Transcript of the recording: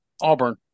Auburn